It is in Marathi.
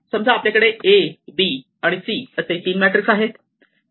समजा आपल्याकडे A B आणि C असे तीन मॅट्रिक्स आहेत